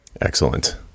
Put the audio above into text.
Excellent